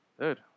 Dude